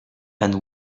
and